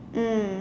mm